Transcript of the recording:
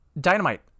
Dynamite